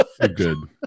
good